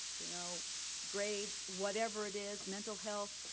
you know grade, whatever it is, mental health.